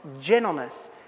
gentleness